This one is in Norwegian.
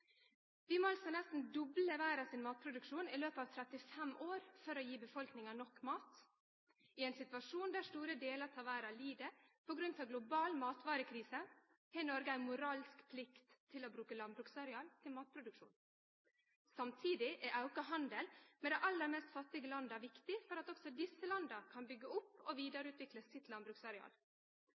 Vi må altså nesten doble verdas matproduksjon i løpet av 35 år for å gi befolkninga nok mat. I ein situasjon der store delar av verda lid pga. global matvarekrise, har Noreg ei moralsk plikt til å bruke landbruksareal til matproduksjon. Samtidig er auka handel med dei aller mest fattige landa viktig, for at også desse landa kan byggje opp og vidareutvikle sitt landbruksareal.